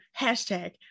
hashtag